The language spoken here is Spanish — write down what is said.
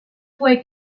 fue